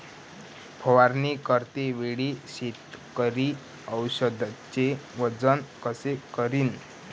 फवारणी करते वेळी शेतकरी औषधचे वजन कस करीन?